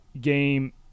game